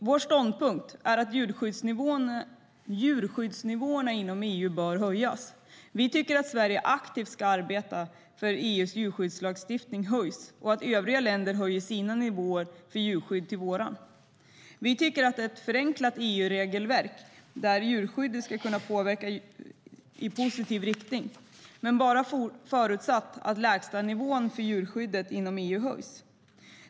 Vår ståndpunkt är att djurskyddsnivån inom EU måste höjas. Vi tycker att Sverige aktivt ska arbeta för att EU:s djurskyddslagstiftning höjs och att övriga länder höjer sina nivåer för djurskydd till att ligga lika högt som vår. Vi tycker att ett förenklat EU-regelverk för djurskydd skulle kunna påverka djurskyddet i positiv riktning, men bara förutsatt att lägstanivån för djurskyddet inom EU höjs.